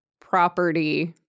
property